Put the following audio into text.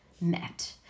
met